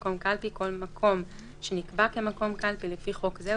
"מקום קלפי" כל מקום שנקבע כמקום קלפי לפי חוק זה,